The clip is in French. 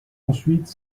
ensuite